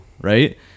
right